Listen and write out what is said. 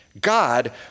God